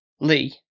Lee